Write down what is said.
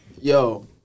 Yo